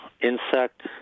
insect